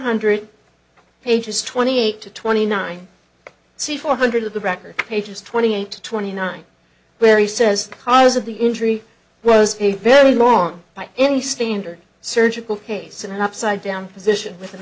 hundred pages twenty eight to twenty nine c four hundred of the record pages twenty eight twenty nine where he says cause of the injury was a very long by any standard surgical case and have side down position with an